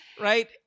Right